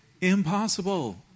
Impossible